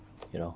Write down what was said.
you know